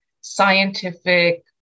scientific